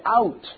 out